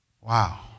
Wow